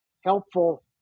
helpful